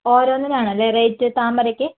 ഓരോന്നിനാണല്ലേ rate താമരയ്ക്ക്